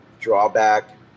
drawback